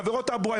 בעבירות תעבורה,